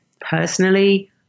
personally